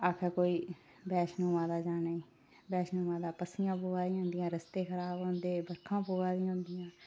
आक्खा कोई वैष्णो माता जाने गी वैष्णो माता पस्सियां पवा दी होंदियां रस्ते खराब होंदे बर्खां पवा दियां होंदियां